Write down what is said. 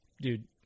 dude